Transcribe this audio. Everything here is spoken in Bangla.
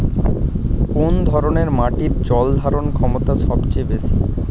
কোন ধরণের মাটির জল ধারণ ক্ষমতা সবচেয়ে বেশি?